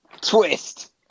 Twist